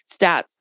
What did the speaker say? stats